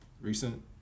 recent